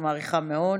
אני מעריכה מאוד.